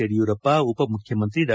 ಯಡಿಯೂರಪ್ಪ ಉಪ ಮುಖ್ಯಮಂತ್ರಿ ಡಾ